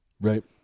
right